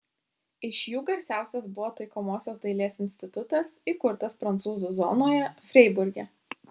iš jų garsiausias buvo taikomosios dailės institutas įkurtas prancūzų zonoje freiburge